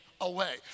away